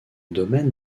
domaine